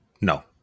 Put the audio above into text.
No